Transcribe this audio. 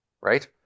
Right